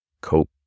cope